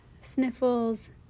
sniffles